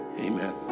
Amen